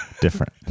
Different